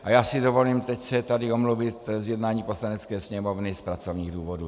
A já si dovolím teď se tady omluvit z jednání Poslanecké sněmovny z pracovních důvodů.